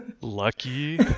Lucky